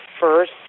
first